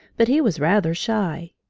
but he was rather shy.